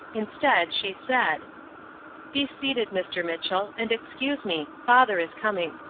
instead, she said be seated, mr. mitchell, and excuse me father is coming.